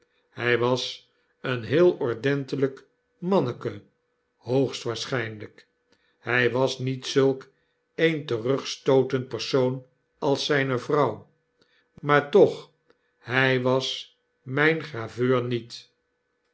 hy was een heel ordentelijk manneken hoogstwaarschijnlyk hy was niet zulk een terugstootend persoon als zyne vrouw maar toch hy was myn graveur niet